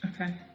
Okay